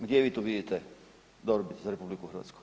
Gdje vi tu vidite dobrobit za RH?